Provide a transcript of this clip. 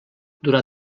durà